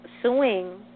suing